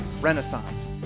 Renaissance